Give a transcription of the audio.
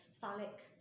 phallic